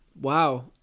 Wow